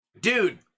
dude